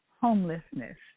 Homelessness